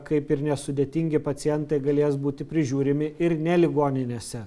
kaip ir nesudėtingi pacientai galės būti prižiūrimi ir ne ligoninėse